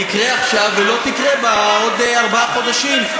תקרה עכשיו, ולא תקרה בעוד ארבעה חודשים.